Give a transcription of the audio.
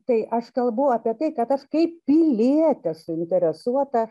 tai aš kalbu apie tai kad aš kaip pilietė suinteresuota